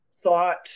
thought